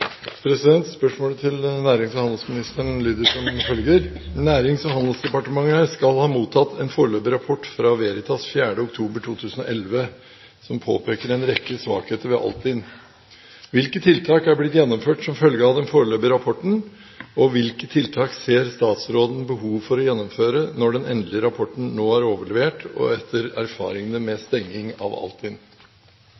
Spørsmålet til nærings- og handelsministeren lyder som følger: «Nærings- og handelsdepartementet skal ha mottatt en foreløpig rapport fra Veritas 4. oktober 2011 som påpeker en rekke svakheter ved Altinn. Hvilke tiltak er blitt gjennomført som følge av den foreløpige rapporten, og hvilke tiltak ser statsråden behov for å gjennomføre når den endelige rapporten nå er overlevert og etter erfaringene med